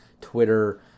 Twitter